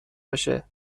بشه